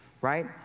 right